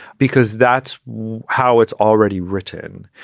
because that's how it's already written.